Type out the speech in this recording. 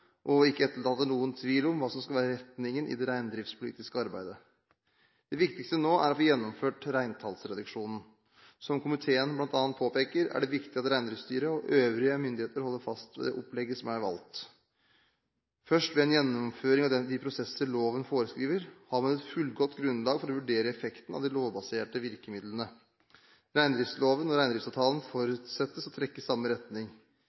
og ikke etterlater noen tvil om hva som skal være retningen i det reindriftspolitiske arbeidet. Det viktigste nå er å få gjennomført reintallsreduksjonen. Som komiteen bl.a. påpeker, er det viktig at Reindriftsstyret og øvrige myndigheter holder fast ved det opplegget som er valgt. Først ved en gjennomføring av de prosesser loven foreskriver, har man et fullgodt grunnlag for å vurdere effekten av de lovbaserte virkemidlene. Reindriftsloven og reindriftsavtalen forutsettes å trekke i samme retning.